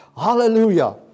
Hallelujah